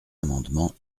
amendements